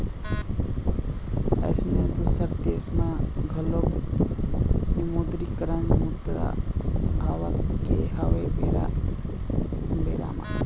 अइसने दुसर देश म घलोक विमुद्रीकरन मुद्रा होवत गे हवय बेरा बेरा म